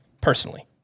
personally